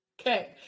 Okay